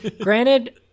granted